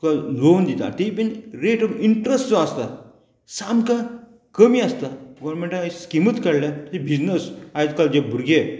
तुका लॉन दिता ती बीन रेट ऑफ इंट्रस्ट जो आसता सामको कमी आसता गोवोरमेंटान स्किमूत काडल्यार बिजनस आयज काल जे भुरगे